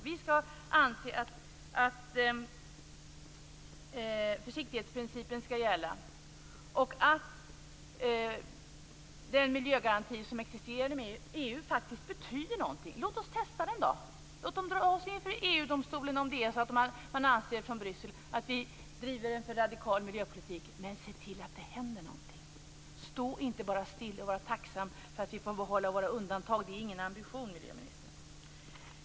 Vi skall anse att försiktighetsprincipen skall gälla och att den miljögaranti som existerar inom EU faktiskt betyder någonting. Låt oss testa den! Låt dem dra oss inför EU domstolen om man från Bryssels sida anser att vi driver en för radikal miljöpolitik, men se till att det händer någonting! Stå inte bara still och var tacksam för att vi får behålla våra undantag! Det är ingen ambition, miljöministern.